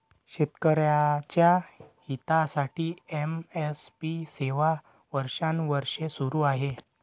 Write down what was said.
शेतकऱ्यांच्या हितासाठी एम.एस.पी सेवा वर्षानुवर्षे सुरू आहे